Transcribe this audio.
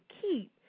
keep